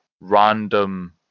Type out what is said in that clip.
random